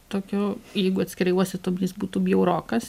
tokio jeigu atskirai uostytum jis būtų bjaurokas